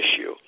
issue